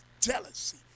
jealousy